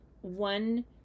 one